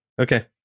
Okay